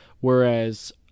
whereas